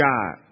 God